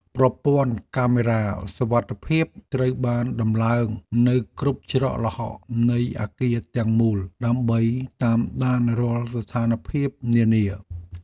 ប្រព័ន្ធកាមេរ៉ាសុវត្ថិភាពត្រូវបានដំឡើងនៅគ្រប់ច្រកល្ហកនៃអគារទាំងមូលដើម្បីតាមដានរាល់ស្ថានភាពនានា។